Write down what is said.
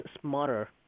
smarter